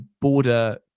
border